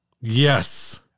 Yes